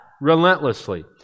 relentlessly